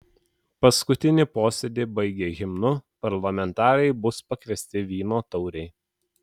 paskutinį posėdį baigę himnu parlamentarai bus pakviesti vyno taurei